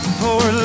poor